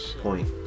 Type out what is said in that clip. point